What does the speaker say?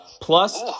Plus